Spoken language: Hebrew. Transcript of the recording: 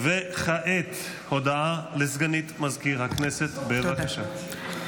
כעת הודעה לסגנית מזכיר הכנסת, בבקשה.